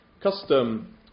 Custom